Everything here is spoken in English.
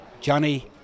Johnny